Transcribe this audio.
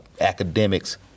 academics